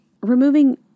Removing